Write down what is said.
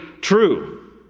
true